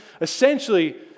essentially